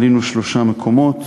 עלינו שלושה מקומות,